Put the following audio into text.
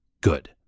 Good